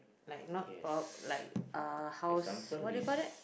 like not for like uh house what do you call that